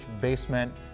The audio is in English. basement